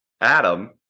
Adam